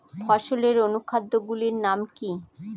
ফসলের অনুখাদ্য গুলির নাম কি?